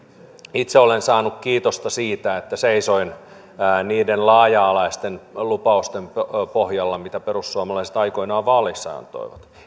itse olen saanut kiitosta siitä että seisoin niiden laaja alaisten lupausten pohjalla mitä perussuomalaiset aikoinaan vaaleissa antoivat